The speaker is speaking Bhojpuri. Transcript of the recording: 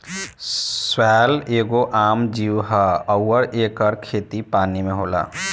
शैवाल एगो आम जीव ह अउर एकर खेती पानी में होला